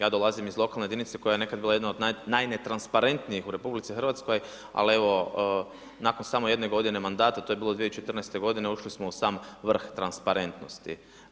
Ja dolazim iz lokalne jedinice koja je nekad bila jedna od najnetransparentnijih u RH, ali evo nakon samo jedne godine mandata, to je bilo 2014. godine, ušli smo u sam vrh transparentnosti.